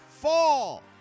fall